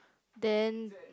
then